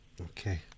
Okay